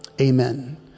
Amen